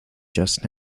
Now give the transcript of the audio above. just